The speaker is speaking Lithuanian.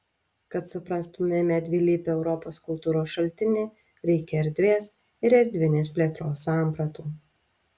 kad suprastumėme dvilypį europos kultūros šaltinį reikia erdvės ir erdvinės plėtros sampratų